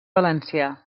valencià